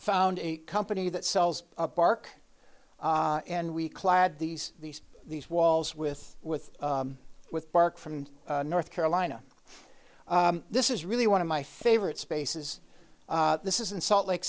found a company that sells a bark and we clad these these these walls with with with bark from north carolina this is really one of my favorite spaces this is in salt lake